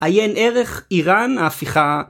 עיין ערך איראן ההפיכה